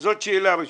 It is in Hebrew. זאת שאלה ראשונה.